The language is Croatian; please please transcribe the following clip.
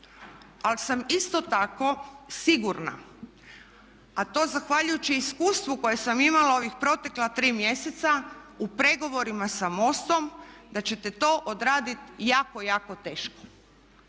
ali sam isto tako sigurna a to zahvaljujući iskustvu koje sam imala ovih protekla 3 mjeseca u pregovorima sa MOST-om da ćete to odraditi jako, jako teško.